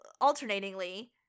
alternatingly